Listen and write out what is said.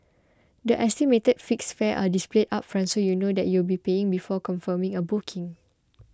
the estimated fixed fares are displayed upfront so you know you'll be paying before confirming a booking